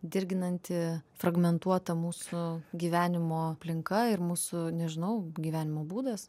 dirginanti fragmentuota mūsų gyvenimo aplinka ir mūsų nežinau gyvenimo būdas